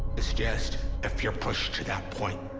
it's just if you're pushed to that point.